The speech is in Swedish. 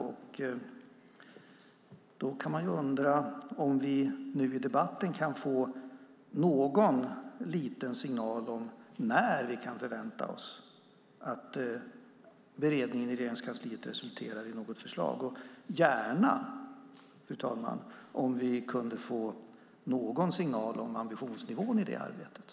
Man kan undra om vi i debatten kan få någon liten signal om när vi kan förvänta oss att beredningen i Regeringskansliet resulterar i något förslag och gärna någon signal om ambitionsnivån i det arbetet.